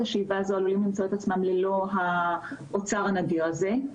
השאיבה הזו הם עלולים למצוא ת עצמם בלי האוצר הנדיר הזה.